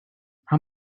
how